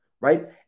right